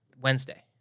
Wednesday